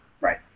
Right